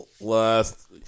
last